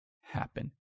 happen